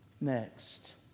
Next